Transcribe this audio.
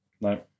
No